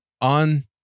on